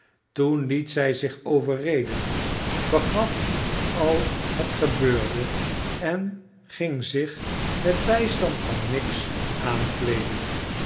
toen liet zij zich overreden vergaf al het gebeurde en ging zich met bijstand van miggs aankleeden